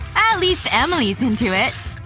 least emily's into it!